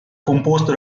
composto